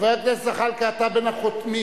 היא טיפלה בזה מצוין,